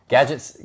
Gadgets